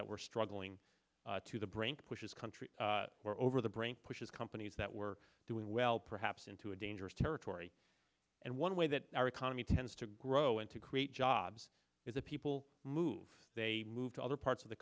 that were struggling to the brink pushes countries or over the brink pushes companies that were doing well perhaps into a dangerous territory and one way that our economy tends to grow and to create jobs is that people move they move to other parts of the